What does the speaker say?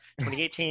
2018